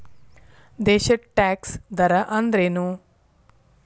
ದೇಶದ್ ಟ್ಯಾಕ್ಸ್ ದರ ಅಂದ್ರೇನು?